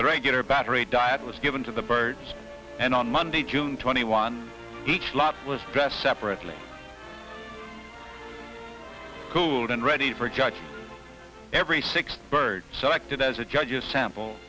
the regular battery died it was given to the birds and on monday june twenty one each lot was dressed separately cooled and ready for judge every six birds selected as the judges sample